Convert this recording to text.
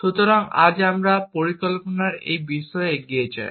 সুতরাং আজ আমরা পরিকল্পনার এই বিষয়ে এগিয়ে যাই